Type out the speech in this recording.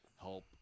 help